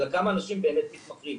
אלא כמה אנשים באמת מתמכרים.